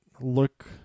look